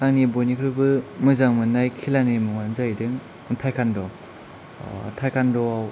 आंनि बयनिख्रुइबो मोजां मोननाय खेलानि मुङानो जाहैदों टाइकान्ड' टाइकान्ड'आव